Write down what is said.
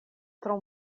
tro